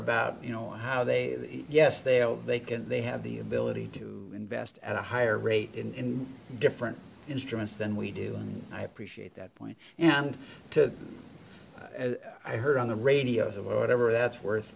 about you know how they yes they'll they can they have the ability to invest at a higher rate in different instruments than we do and i appreciate that point and two i heard on the radios of or whatever that's worth